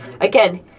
Again